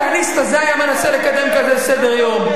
הכהניסט הזה היה מנסה לקדם כזה סדר-יום,